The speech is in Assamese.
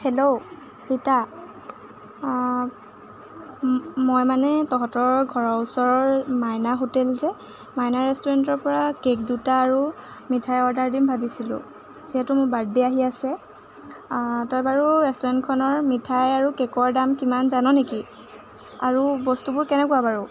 হেল্ল' ৰীতা অঁ মই মানে তহঁতৰ ঘৰৰ ওচৰৰ মাইনা হোটেল যে মাইনা ৰেষ্টুৰেণ্টৰপৰা কেক দুটা আৰু মিঠাই অৰ্ডাৰ দিম ভাবিছিলোঁ যিহেতু মোৰ বাৰ্থডে আহি আছে তই বাৰু ৰেষ্টুৰেণ্টখনৰ মিঠাই আৰু কেকৰ দাম কিমান জান নেকি আৰু বস্তুবোৰ কেনেকুৱা বাৰু